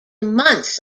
months